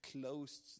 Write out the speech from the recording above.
closed